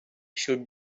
should